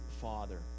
Father